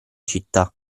città